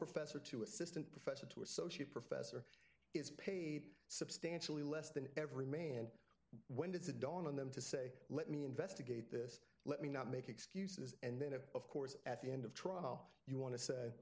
professor to assistant pressure to associate professor is paid substantially less than every man when does it dawn on them to say let me investigate this let me not make excuses and then if of course at the end of trial you want to say